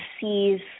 sees